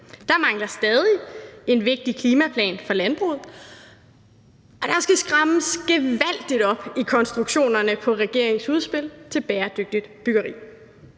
Der mangler stadig en vigtig klimaplan for landbruget, og der skal strammes gevaldigt op på konstruktionerne i regeringens udspil til bæredygtigt byggeri.